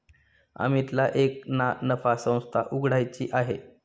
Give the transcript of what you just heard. अमितला एक ना नफा संस्था उघड्याची आहे